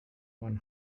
one